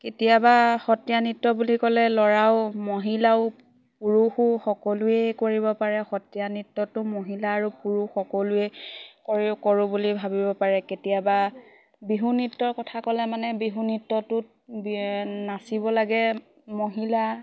কেতিয়াবা সত্ৰীয়া নৃত্য বুলি ক'লে ল'ৰাও মহিলাও পুৰুষো সকলোৱেেই কৰিব পাৰে সত্ৰীয়া নৃত্যটো মহিলা আৰু পুৰুষ সকলোৱে কৰি কৰোঁ বুলি ভাবিব পাৰে কেতিয়াবা বিহু নৃত্যৰ কথা ক'লে মানে বিহু নৃত্যটোত নাচিব লাগে মহিলা